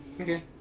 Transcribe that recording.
Okay